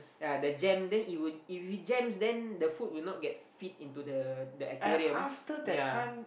ya the jam then it would if it jams then the food will not get feed into the the aquarium yeah